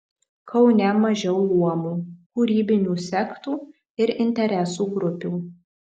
kaune mažiau luomų kūrybinių sektų ir interesų grupių